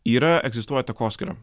yra egzistuoja takoskyra